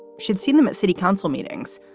she'd seen them at city council meetings,